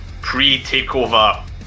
pre-takeover